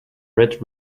red